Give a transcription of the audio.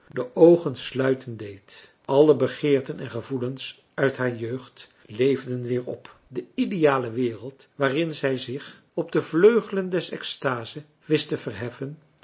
de oogen sluiten deed alle begeerten en gevoelens uit haar jeugd leefden weer op de ideale wereld waarin zij zich op de vleugelen des exstase wist te verheffen